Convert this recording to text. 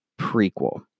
prequel